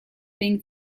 being